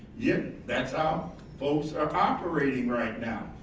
yet that's um folks are operating right now.